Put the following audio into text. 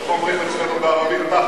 איך אומרים אצלנו בערבית?